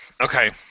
Okay